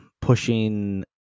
pushing